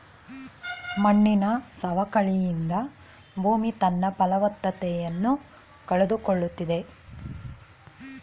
ಮಣ್ಣಿನ ಸವಕಳಿಯಿಂದ ಭೂಮಿ ತನ್ನ ಫಲವತ್ತತೆಯನ್ನು ಕಳೆದುಕೊಳ್ಳುತ್ತಿದೆ